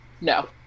no